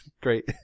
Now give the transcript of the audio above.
Great